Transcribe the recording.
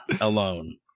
alone